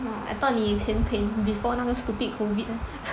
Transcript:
I thought 你以前 paint before 那个 stupid COVID